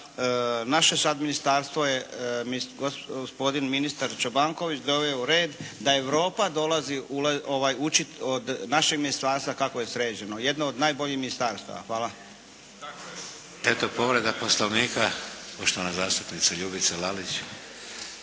naše sad ministarstvo je gospodin ministar Čobanković doveo u red da Europa dolazi učiti od našeg ministarstva kako je sređeno, jedno od najboljih ministarstava. Hvala. **Šeks, Vladimir (HDZ)** Povreda poslovnika poštovana zastupnica Ljubica Lalić.